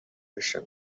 اشکال